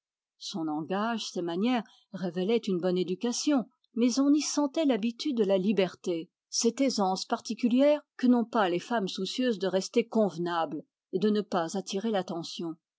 son langage ses manières révélaient une bonne éducation mais on y sentait l'habitude de la liberté cette aisance particulière que n'ont pas les femmes soucieuses de rester convenables et de ne pas attirer l'attention